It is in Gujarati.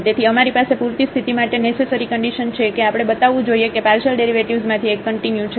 તેથી અમારી પાસે પૂરતી સ્થિતિ માટે નેસેસરી કન્ડિશન છે કે આપણે બતાવવું જોઈએ કે પાર્શિયલ ડેરિવેટિવ્ઝમાંથી એક કંટીન્યુ છે